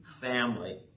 family